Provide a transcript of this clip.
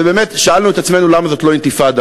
ובאמת שאלנו את עצמנו למה זאת לא אינתיפאדה,